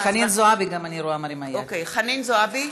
חנין זועבי,